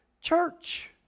church